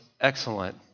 excellent